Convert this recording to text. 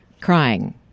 crying